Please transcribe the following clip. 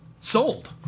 sold